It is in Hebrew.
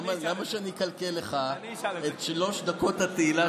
למה שאני אקלקל לך את שלוש דקות התהילה